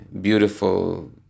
beautiful